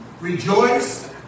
Rejoice